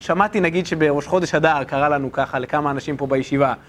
שמעתי נגיד שבראש חודש אדר קרה לנו ככה לכמה אנשים פה בישיבה